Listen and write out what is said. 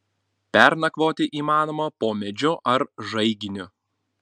pernakvoti įmanoma po medžiu ar žaiginiu